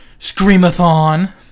Screamathon